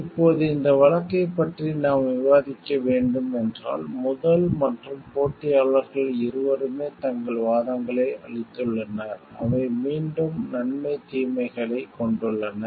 இப்போது இந்த வழக்கைப் பற்றி நாம் விவாதிக்க வேண்டும் என்றால் முதல் மற்றும் போட்டியாளர்கள் இருவரும் தங்கள் வாதங்களை அளித்துள்ளனர் அவை மீண்டும் நன்மை தீமைகளைக் கொண்டுள்ளன